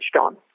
on